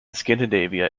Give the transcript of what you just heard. scandinavia